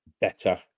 better